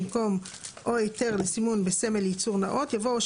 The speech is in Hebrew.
במקום "או היתר לסימון בסמל ייצור נאות" יבוא "או